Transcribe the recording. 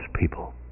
people